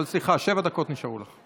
סליחה, שבע דקות נשארו לך.